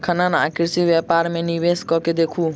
खनन आ कृषि व्यापार मे निवेश कय के देखू